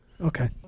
Okay